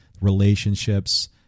relationships